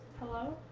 hello?